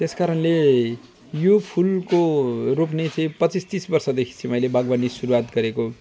त्यस कारणले यो फुलको रोप्ने चाहिँ पच्चीस तिस बर्षदेखि चाहिँ मैले बागवानी सुरुवात गरेको